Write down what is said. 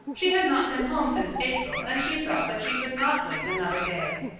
she had not been home since april and she felt that she could not wait another day.